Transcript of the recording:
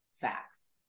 facts